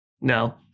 No